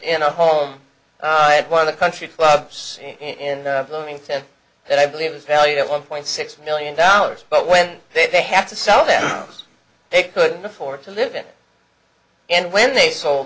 in a home i had one of the country clubs in bloomington that i believe was valued at one point six million dollars but when they had to sell them they couldn't afford to live in and when they sold